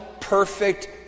perfect